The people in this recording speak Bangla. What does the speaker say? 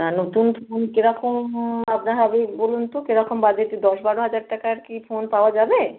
হ্যাঁ নতুন ফোন কীরকম আপনার হবে বলুন তো কেরকম বাজেট দশ বারো হাজার টাকার কি ফোন পাওয়া যাবে